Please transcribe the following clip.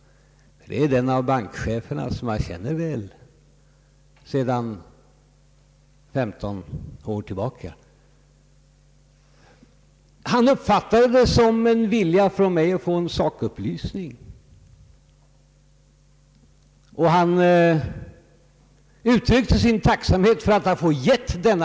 Det är den av bankcheferna jag känner väl, sedan femton år. Han uppfattade samtalet som en vilja från mig att få en sakupplysning, och han uttryckte sin tacksamhet över att ha fått lämna den.